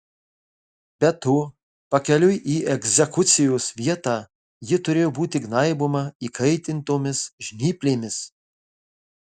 be to pakeliui į egzekucijos vietą ji turėjo būti gnaiboma įkaitintomis žnyplėmis